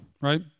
right